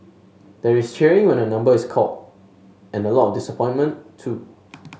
there is cheering when a number is called and a lot of disappointment too